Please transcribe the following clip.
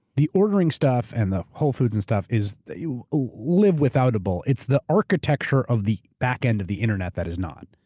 the ordering stuff and the whole foods and stuff is that you live withoutable, withoutable, it's the architecture of the backend of the internet that is not.